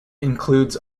includes